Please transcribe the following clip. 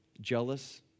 jealous